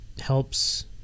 helps